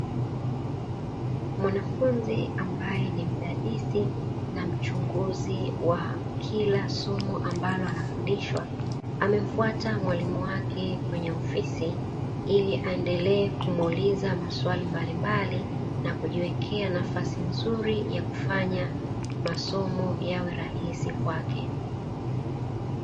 Mwanafunzi ambaye ni mdadisi na mchunguzi wa kila somo ambalo anafundishwa amemfata mwalimu wake kwenye ofisi, ili aendelee kumuuliza maswali mbalimbali na kujiwekea nafasi nzuri ya kufanya masomo yawe rahisi kwake.